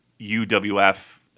UWF